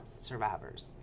survivors